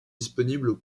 disponibles